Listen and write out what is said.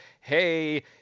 Hey